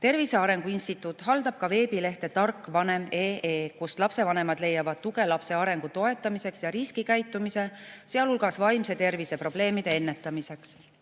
Tervise Arengu Instituut haldab veebilehte Tarkvanem.ee, kust lapsevanemad leiavad tuge lapse arengu toetamiseks ja riskikäitumise, sealhulgas vaimse tervise probleemide